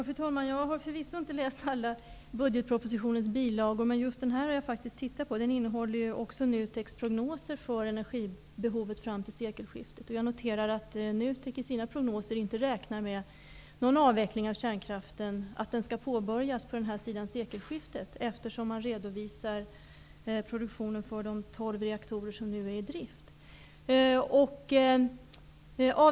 Fru talman! Jag har förvisso inte läst alla bilagor till budgetpropositionen, men just den här har jag tittat på. Den innehåller också NUTEK:s prognoser för energibehovet fram till sekelskiftet. Jag noterar att NUTEK inte räknar med att avvecklingen av kärnkraften skall påbörjas före sekelskiftet, eftersom man redovisar produktionen för de tolv reaktorer som nu är i drift.